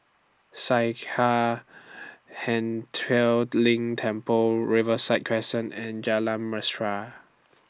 Sakya Ling Temple Riverside Crescent and Jalan Mesra